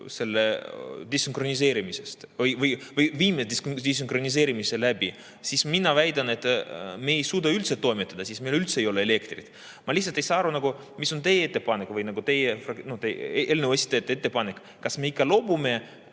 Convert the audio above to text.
loobume üksinda sellest või viime desünkroniseerimise läbi, siis mina väidan, et me ei suuda üldse toimetada, siis meil üldse ei ole elektrit. Ma lihtsalt ei saa aru, mis on teie ettepanek, teie fraktsiooni või eelnõu esitajate ettepanek. Kas me ikka loobume